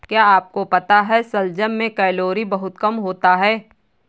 क्या आपको पता है शलजम में कैलोरी बहुत कम होता है?